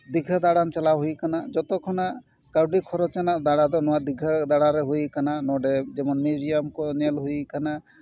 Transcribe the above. ᱫᱤᱜᱷᱟᱹ ᱫᱟᱲᱟᱱ ᱪᱟᱞᱟᱣ ᱦᱩᱭ ᱠᱟᱱᱟ ᱡᱚᱛᱚ ᱠᱷᱚᱱᱟᱜ ᱠᱟᱹᱣᱰᱤ ᱠᱷᱚᱨᱚᱪ ᱟᱱᱟᱜ ᱫᱟᱬᱟ ᱫᱚ ᱱᱚᱣᱟ ᱫᱤᱜᱷᱟ ᱫᱟᱬᱟ ᱨᱮ ᱦᱩᱭ ᱠᱟᱱᱟ ᱱᱚᱰᱮ ᱡᱮᱢᱚᱱ ᱢᱤᱭᱩᱡᱤᱭᱟᱢ ᱠᱚ ᱧᱮᱞ ᱦᱩᱭ ᱠᱟᱱᱟ